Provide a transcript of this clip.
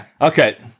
Okay